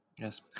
Yes